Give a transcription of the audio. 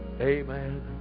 Amen